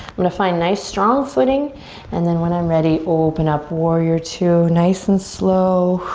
i'm gonna find nice strong footing and then when i'm ready open up warrior two nice and slow.